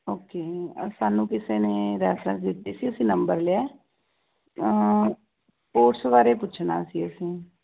okay ਸਾਨੂੰ ਕਿਸੇ ਨੇ ਰੈਫਰੈਂਸ ਦਿੱਤੀ ਸੀ ਅਸੀਂ ਨੰਬਰ ਲਿਆ ਉਸ ਬਾਰੇ ਪੁੱਛਣਾ ਸੀ ਅਸੀਂ